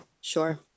Sure